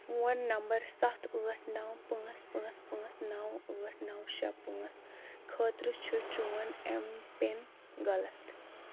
phone number سَتھ ٲٹھ نو پانٛژھ پانٛژھ پانٛژھ نو ٲٹھ نو شیٚے پانٛژھ خٲطرٕ چھُ چون ایم پِن غلط